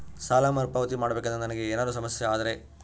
ಸಾಲ ಮರುಪಾವತಿ ಮಾಡಬೇಕಂದ್ರ ನನಗೆ ಏನಾದರೂ ಸಮಸ್ಯೆ ಆದರೆ?